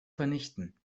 vernichten